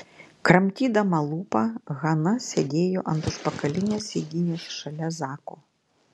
kramtydama lūpą hana sėdėjo ant užpakalinės sėdynės šalia zako